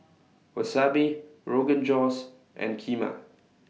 Wasabi Rogan Josh and Kheema